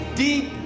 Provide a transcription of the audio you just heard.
deep